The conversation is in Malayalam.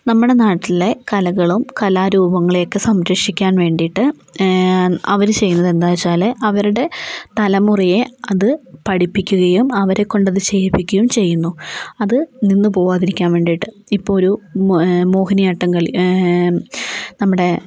നമ്മുടെ നാട്ടിലെ കലകളും കലാരൂപങ്ങളെയൊക്കെ സംരക്ഷിക്കാൻ വേണ്ടിയിട്ട് അവർ ചെയ്യുന്നത് എന്താ വച്ചാൽ അവരുടെ തലമുറയെ അതു പഠിപ്പിക്കുകയും അവരെക്കൊണ്ട് അത് ചെയ്യിപ്പിക്കുകയും ചെയ്യുന്നു അത് നിന്നു പോവാതിരിക്കാൻ വേണ്ടിയിട്ട് ഇപ്പോൾ ഒരു മോഹിനിയാട്ടം കളി നമ്മുടെ